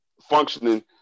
functioning